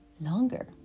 longer